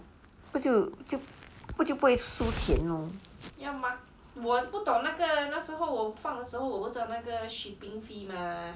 不就就不会输钱 lor